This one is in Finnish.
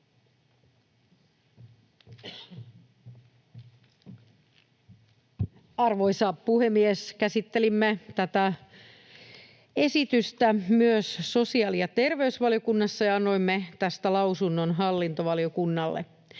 Arvoisa puhemies! Käsittelimme tätä esitystä myös sosiaali‑ ja terveysvaliokunnassa ja annoimme tästä lausunnon hallintovaliokunnalle.